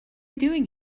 doing